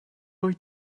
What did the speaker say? wyt